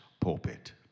pulpit